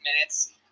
minutes